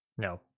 No